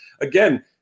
again